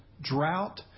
drought